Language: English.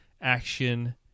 Action